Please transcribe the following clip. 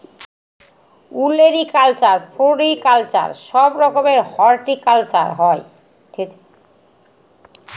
olericulture, floriculture সব রকমের horticulture হয়